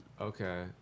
Okay